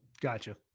Gotcha